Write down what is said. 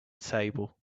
table